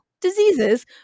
diseases